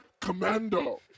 Commando